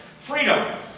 freedom